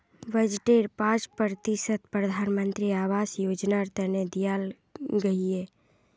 बजटेर पांच प्रतिशत प्रधानमंत्री आवास योजनार तने दियाल गहिये